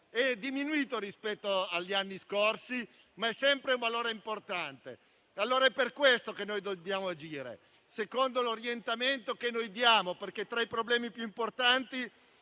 è diminuito rispetto agli anni scorsi, ma è sempre importante. Per questo dobbiamo agire secondo l'orientamento che noi diamo, perché tra i problemi più importanti,